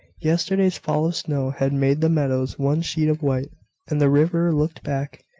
yesterday's fall of snow had made the meadows one sheet of white and the river looked black,